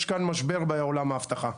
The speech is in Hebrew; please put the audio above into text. יש כאן משבר בעולם האבטחה,